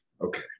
okay